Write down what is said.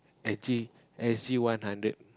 actually I see one hundred